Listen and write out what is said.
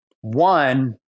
one